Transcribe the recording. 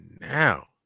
now